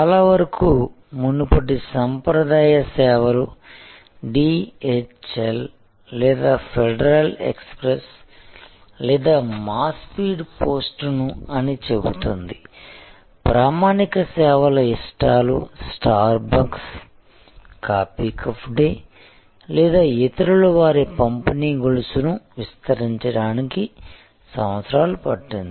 చాలావరకు మునుపటి సాంప్రదాయ సేవలు DHL లేదా ఫెడరల్ ఎక్స్ప్రెస్ లేదా మా స్పీడ్ పోస్ట్ అని చెబుతుంది ప్రామాణిక సేవల ఇష్టాలు Starbucks coffee cafe day లేదా ఇతరులు వారి పంపిణీ గొలుసును విస్తరించడానికి సంవత్సరాలు పట్టింది